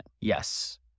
Yes